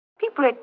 People